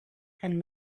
and